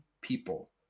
people